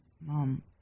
Mom